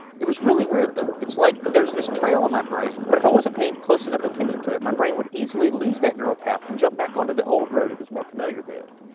it was really weird though. it's like there's this trail in ah my brain, but if i wasn't paying close enough attention to it, my brain would easily lose that neural path and jump back onto the old road it was more familiar with.